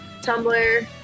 Tumblr